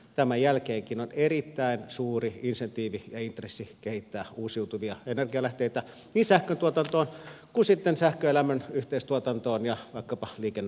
tämän jälkeenkin on erittäin suuri insentiivi ja intressi kehittää uusiutuvia energialähteitä niin sähköntuotantoon kun sitten sähkön ja lämmön yhteistuotantoon ja vaikkapa liikennepolttoaineiden puolelle